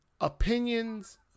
Opinions